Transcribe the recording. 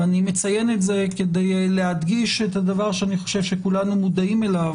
ואני מציין את זה כדי להדגיש את הדבר שאני חושב שכולנו מודעים אליו,